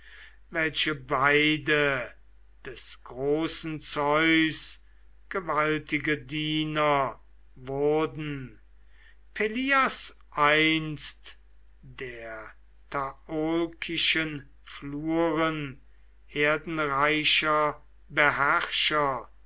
welche beide des großen zeus gewaltige diener wurden pelias einst der iaolkischen fluren herdenreicher beherrscher